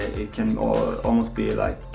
it can almost be, like,